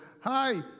hi